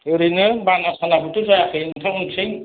ओरैनो बाना सानाफोरथ' जायाखै नोंथांमोनथिं